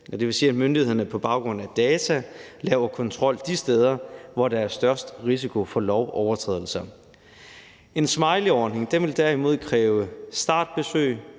Det vil sige, at myndighederne på baggrund af data laver kontrol de steder, hvor der er størst risiko for lovovertrædelser. En smileyordning ville derimod kræve startbesøg